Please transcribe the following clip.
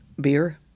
beer